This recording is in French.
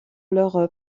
leurs